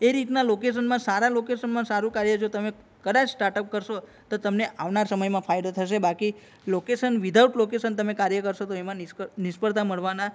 એ રીતના લોકેશનમાં સારા લોકેશનમાં સારું કાર્ય જો તમે કદાચ સ્ટાર્ટઅપ કરશો તો તમને આવનાર સમયમાં ફાયદો થશે બાકી લોકેશન વિધઆઉટ લોકેશન તમે કાર્ય કરશો તો એમાં નિષ્ફળતા મળવાના